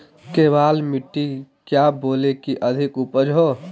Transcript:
केबाल मिट्टी क्या बोए की अधिक उपज हो?